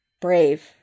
Brave